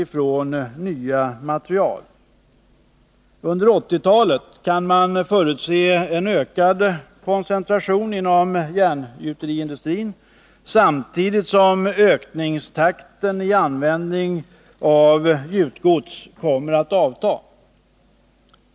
Under 1980-talet kan man förutse en ökad koncentration inom järngjuteriindustrin, samtidigt som ökningstakten i användningen av gjutgods kommer att avta.